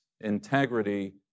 integrity